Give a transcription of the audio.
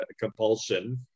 compulsion